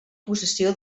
possessió